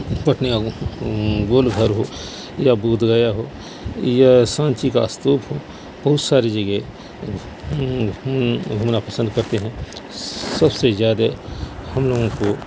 پٹنہ کا گول گھر ہو یا بودھ گیا ہو یا سانچی کا استوپ ہو بہت ساری جگہ گھومنا پسند کرتے ہیں سب سے زیادہ ہم لوگوں کو